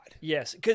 Yes